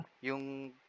yung